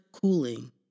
cooling